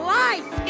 life